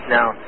Now